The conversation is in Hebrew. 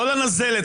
לא לנזלת,